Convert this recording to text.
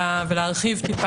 ולהרחיב קצת,